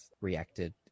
reacted